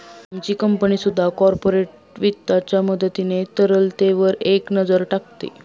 आमची कंपनी सुद्धा कॉर्पोरेट वित्ताच्या मदतीने तरलतेवर एक नजर टाकते